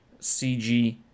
CG